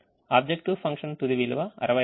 objective function తుది విలువ 66